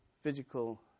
physical